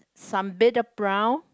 some bit of brown